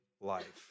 life